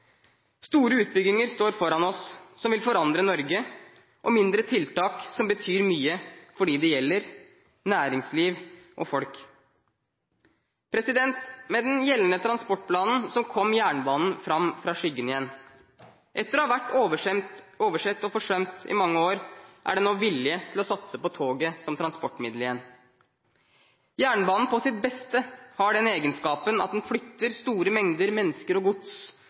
Store utbygginger som vil forandre Norge, står foran oss, og mindre tiltak, som betyr mye for dem det gjelder – næringsliv og folk. Med den gjeldende transportplanen kom jernbanen fram fra skyggen igjen. Etter å ha vært oversett og forsømt i mange år, er det nå vilje til å satse på toget som transportmiddel igjen. Jernbanen på sitt beste har den egenskapen at den flytter store mengder mennesker og gods